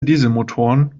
dieselmotoren